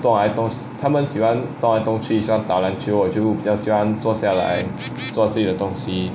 动来动他们喜欢动来动去像打篮球我就比较喜欢坐下来做自己东西